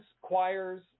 choirs